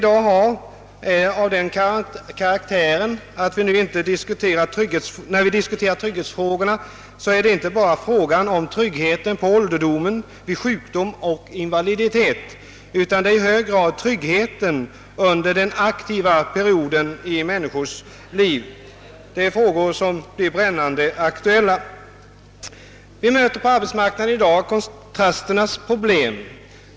Dagens trygghetsproblem gäller inte bara tryggheten på ålderdomen, vid sjukdom och invaliditet utan i hög grad trygghet under den aktiva perioden i människors liv. Det är frågor som är brännande aktueila. På arbetsmarknaden möter vi i dag kontrasternas problem.